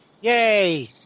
Yay